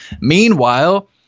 Meanwhile